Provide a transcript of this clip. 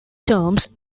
terms